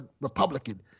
Republican